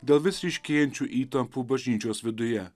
dėl vis ryškėjančių įtampų bažnyčios viduje